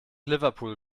liverpool